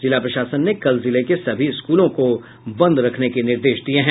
जिला प्रशासन ने कल जिले के सभी स्कूलों को बंद रखने के निर्देश दिये हैं